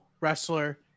wrestler